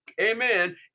amen